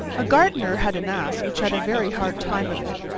a gardener had an ass which had a very hard time of it,